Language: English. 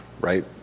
right